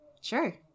Sure